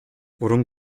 worum